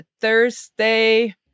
Thursday